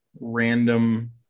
random